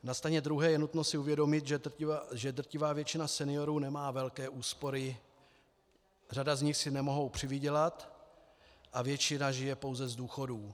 Na straně druhé je nutno si uvědomit, že drtivá většina seniorů nemá velké úspory, řada z nich si nemůže přivydělat a většina žije pouze z důchodů.